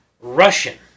Russian